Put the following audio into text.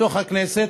בתוך הכנסת,